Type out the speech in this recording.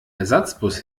ersatzbus